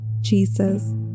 Jesus